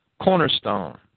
cornerstone